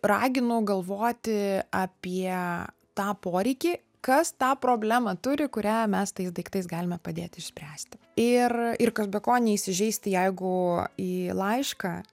raginu galvoti apie tą poreikį kas tą problemą turi kurią mes tais daiktais galime padėti išspręsti ir ir kas be ko neįsižeisti jeigu į laišką